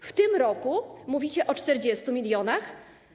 W tym roku mówicie o 40 mln.